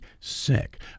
sick